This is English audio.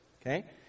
okay